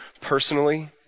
personally